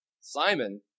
Simon